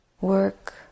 work